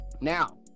Now